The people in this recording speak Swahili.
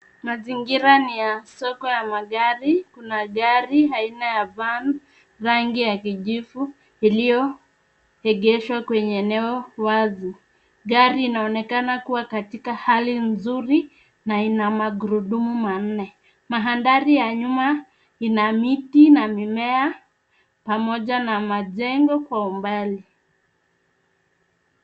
Mazingira ni ya soko ya magari. Kuna gari aina ya van , rangi ya kijivu iliyoegeshwa kwenye eneo wazi. Gari inaonekana kuwa katika hali nzuri na ina magurudumu manne. Mandhari ya nyuma ina miti na mimea pamoja na majengo kwa umbali.